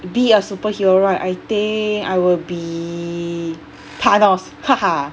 be a superhero right I think I will be thanos haha